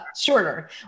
shorter